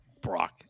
Brock